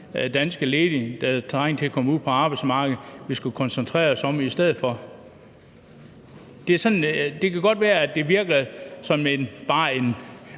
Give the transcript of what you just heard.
danske ledige, der trænger til at komme ud på arbejdsmarkedet, og dem skulle vi koncentrere os om i stedet for. Det virker bare som en